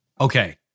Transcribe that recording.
Okay